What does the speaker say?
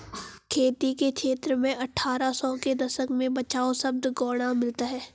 खेती के क्षेत्र में अट्ठारह सौ के दशक में बचाव शब्द गौण मिलता है